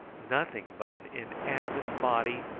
nothing but an inanimate body,